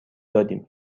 دادیم